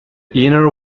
inner